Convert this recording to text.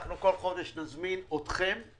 אין בחוק קביעה מה יכולות הפיקוח של הוועדה ושל הכנסת.